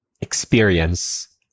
experience